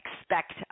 expect